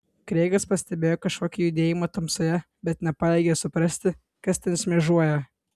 kreigas pastebėjo kažkokį judėjimą tamsoje bet nepajėgė suprasti kas ten šmėžuoja